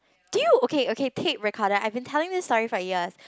dude okay okay take recorder I had been telling this story for years